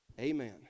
Amen